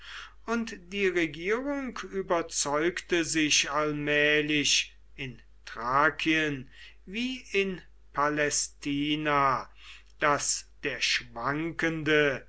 und die regierung überzeugte sich allmählich in thrakien wie in palästina daß der schwankende